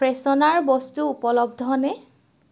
freshener বস্তু উপলব্ধনে